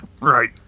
Right